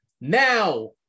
Now